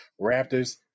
Raptors